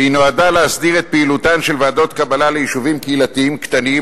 והיא נועדה להסדיר את פעילותן של ועדות קבלה ליישובים קהילתיים קטנים,